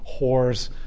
whores